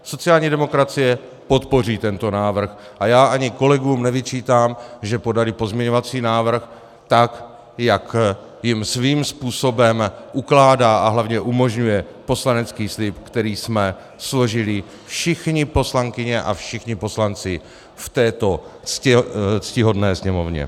Sociální demokracie podpoří tento návrh a já ani kolegům nevyčítám, že podali pozměňovací návrh tak, jak jim svým způsobem ukládá a hlavně umožňuje poslanecký slib, který jsme složili všechny poslankyně a všichni poslanci v této ctihodné Sněmovně.